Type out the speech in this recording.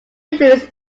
influences